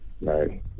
Right